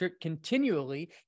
continually